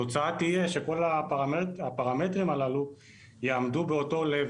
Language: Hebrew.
התוצאה תהיה שכל הפרמטרים הללו יעמדו באותו level